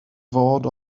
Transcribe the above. fod